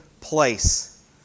place